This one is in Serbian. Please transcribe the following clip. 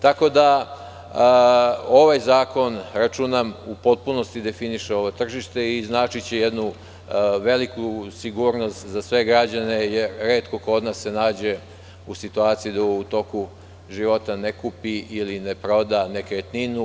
Tako da, računam da ovaj zakon u potpunosti definiše ovo tržište i značiće jednu veliku sigurnost za sve građane, jer retko ko od nas se nađe u situaciji da u toku života ne kupi ili ne proda nekretninu.